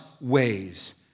ways